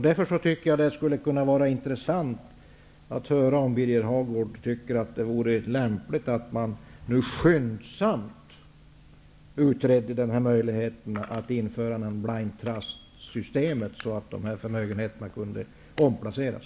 Därför tycker jag att det skulle vara intressant att höra om Birger Hagård tycker att det vore lämpligt att man nu skyndsamt utreder möjligheten att införa ett blind trust-system så att förmögenheterna kan omplaceras.